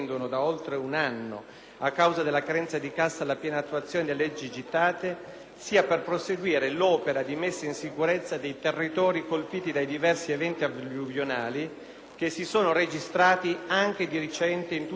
sia per proseguire l'opera di messa in sicurezza dei territori colpiti dai diversi eventi alluvionali che si sono registrati anche di recente in tutte le principali Regioni italiane, in particolare nella regione Piemonte.